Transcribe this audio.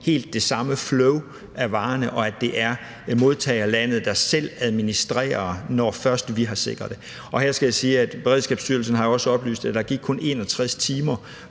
helt det samme flow for varerne. Og det er modtagerlandet, der selv administrerer det, når vi først har sikret det. Og her skal jeg sige, at Beredskabsstyrelsen også har oplyst, at der kun gik 61 timer,